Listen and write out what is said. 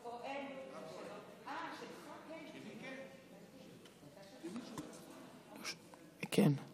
כן.